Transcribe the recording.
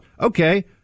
Okay